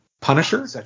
Punisher